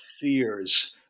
fears